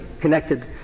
connected